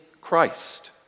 Christ